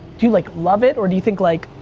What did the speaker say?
do you like love it or do you think like,